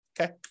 Okay